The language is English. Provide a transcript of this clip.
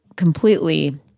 completely